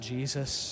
Jesus